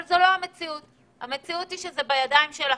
זו לא המציאות כרגע, זה בידיים שלהם.